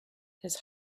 his